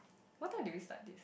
what time did we start this